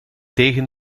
tegen